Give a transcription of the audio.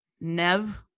nev